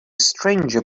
stranger